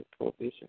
provision